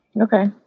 Okay